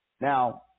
Now